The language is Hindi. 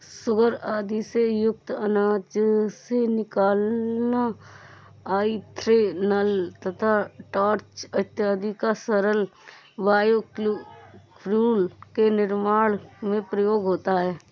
सूगर आदि से युक्त अनाज से निकला इथेनॉल तथा स्टार्च इत्यादि का तरल बायोफ्यूल के निर्माण में प्रयोग होता है